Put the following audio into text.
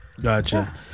Gotcha